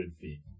feet